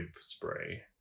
spray